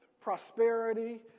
Prosperity